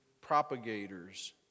propagators